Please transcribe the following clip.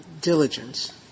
diligence